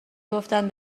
گفتن